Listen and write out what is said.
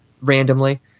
randomly